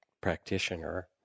practitioner